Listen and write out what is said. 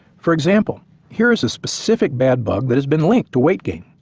for example here is a specific bad bug that has been linked to weight gain.